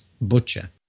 butcher